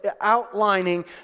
outlining